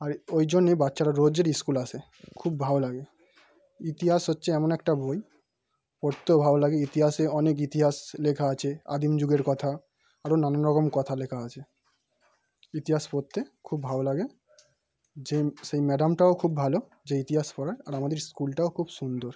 আর ওই জন্য বাচ্চারা রোজের স্কুল আসে খুব ভালো লাগে ইতিহাস হচ্ছে এমন একটা বই পড়তেও ভালো লাগে ইতিহাসে অনেক ইতিহাস লেখা আছে আদিম যুগের কথা আরো নানান রকম কথা লেখা আছে ইতিহাস পড়তে খুব ভালো লাগে যে সেই ম্যাডামটাও খুব ভালো যে ইতিহাস পড়ায় আর আমাদের স্কুলটাও খুব সুন্দর